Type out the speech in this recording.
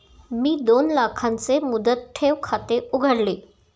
मी दोन लाखांचे मुदत ठेव खाते उघडले